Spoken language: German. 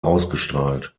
ausgestrahlt